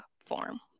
form